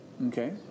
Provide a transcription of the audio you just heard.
Okay